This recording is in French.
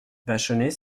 vachonnet